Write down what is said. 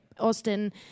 Austin